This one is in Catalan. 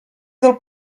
del